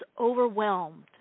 overwhelmed